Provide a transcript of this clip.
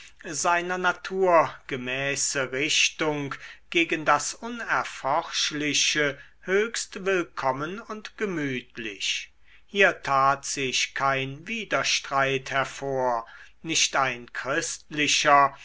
seiner natur gemäße richtung gegen das unerforschliche höchst willkommen und gemütlich hier tat sich kein widerstreit hervor nicht ein christlicher